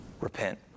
Repent